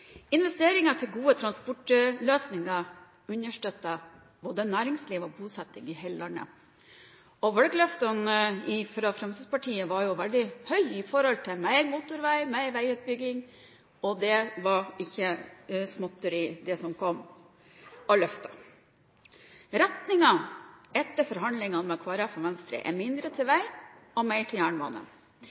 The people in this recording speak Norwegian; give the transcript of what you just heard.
Investeringer til gode transportløsninger understøtter både næringsliv og bosetting i hele landet. Valgløftene fra Fremskrittspartiet var veldig store, med mer motorvei – mer veiutbygging – det var ikke småtteri som kom av løfter. Retningen etter forhandlingene med Kristelig Folkeparti og Venstre er mindre til vei og mer til